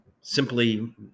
simply